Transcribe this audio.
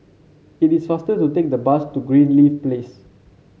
it is faster to take the bus to Greenleaf Place